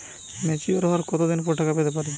Mature হওয়ার কত দিন পর টাকা পেতে পারি?